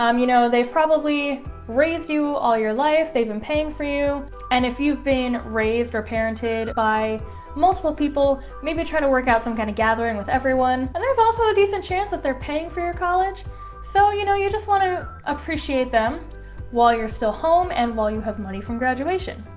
um you know, they've probably raised you all your life. they've been paying for you and if you've been raised or parented by multiple people maybe try to work out some kind of gathering with everyone and there's also a decent chance that they're paying for your college so, you know you just want to appreciate them while you're still home and while you have money from graduation,